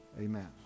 Amen